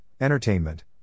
entertainment